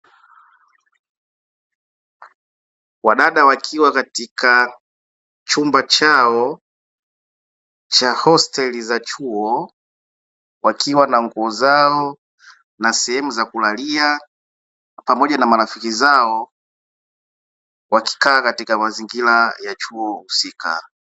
Wadada wakiwa katikati Chumba chao cha hosteli Wakiwa na nguo zao na sehemu za kulalia Pamoja na marafiki zao Wakikaa katika wazingira ya chuo husika.